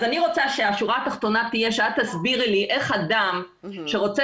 אני רוצה שהשורה התחתונה תהיה שאת תסבירי לי איך אדם שרוצה